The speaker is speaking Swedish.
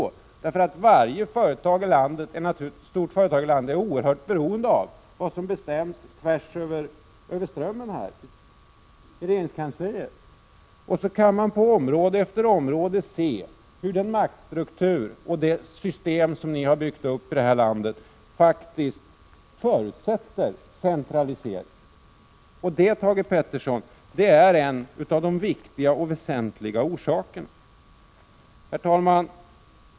Jo, därför att varje företag i landet är oerhört beroende av vad som bestäms på andra sidan Strömmen, i regeringskansliet. Man kan på område efter område se hur den maktstruktur och det system som ni har byggt upp i landet faktiskt förutsätter centralisering. Det, Thage Peterson, är en av de väsentliga orsakerna. Herr talman!